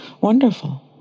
wonderful